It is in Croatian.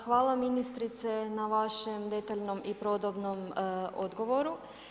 Hvala ministrice na vašem detaljnom i podrobnom odgovoru.